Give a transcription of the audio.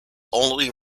only